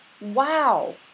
Wow